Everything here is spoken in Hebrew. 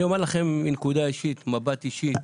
אני אומר לכם מנקודת מבט אישית.